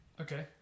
Okay